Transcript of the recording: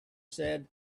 said